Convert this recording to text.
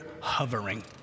hovering